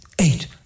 eight